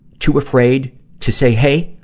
too afraid to say, hey,